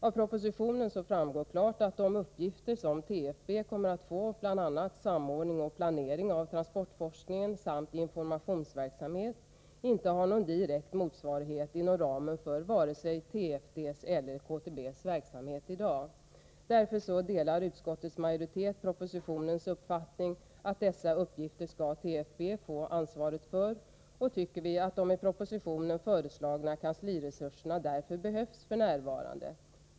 Av propositionen framgår klart att de uppgifter som TFB kommer att få, bl.a. samordning och planering av transportforskningen samt informationsverksamhet, inte har någon direkt motsvarighet inom ramen för vare sig TFD:s eller KTB:s verksamhet i dag. Därför delar utskottets majoritet den i propositionen framförda uppfattningen att TFB skall få ansvaret för dessa uppgifter och tycker att de i propositionen föreslagna kansliresurserna behövs f.n.